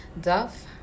duff